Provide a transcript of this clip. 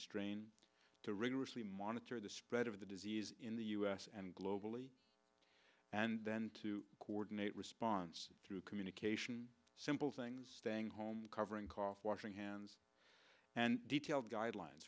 strain to rigorously monitor the spread of the disease in the u s and globally and then to coordinate response through communication simple things staying home covering cough washing hands and detailed guidelines